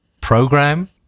program